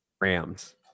Rams